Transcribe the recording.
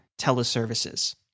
teleservices